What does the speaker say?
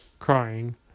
Crying